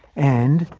and,